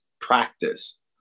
practice